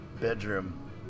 bedroom